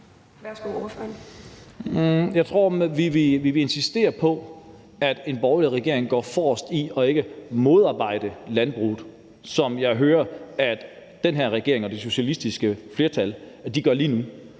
Jeg tror, vi vil insistere på, at en borgerlig regering går forrest i forhold til ikke at modarbejde landbruget, som jeg hører at den her regering og det socialistiske flertal gør lige nu.